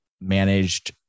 managed